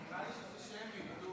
נראה לי שהיא שמית.